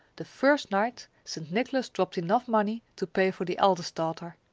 the first night st. nicholas dropped enough money to pay for the eldest daughter.